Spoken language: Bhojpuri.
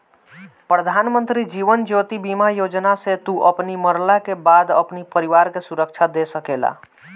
प्रधानमंत्री जीवन ज्योति बीमा योजना से तू अपनी मरला के बाद अपनी परिवार के सुरक्षा दे सकेला